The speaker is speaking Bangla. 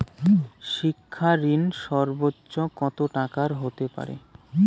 শিক্ষা ঋণ সর্বোচ্চ কত টাকার হতে পারে?